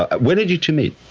ah when did you two meet?